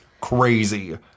Crazy